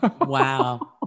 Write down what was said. Wow